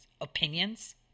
opinions